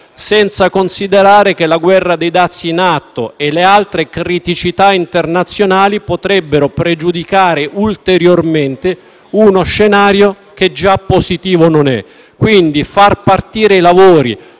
senza considerare che la guerra dei dazi in atto e le altre criticità internazionali potrebbero pregiudicare ulteriormente uno scenario che già positivo non è. Pertanto, far partire i lavori,